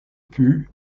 peu